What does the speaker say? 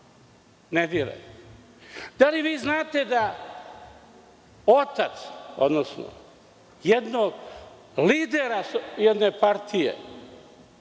ne diraj je. Da li vi znate da otac, odnosno lidera jedne partije